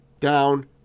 down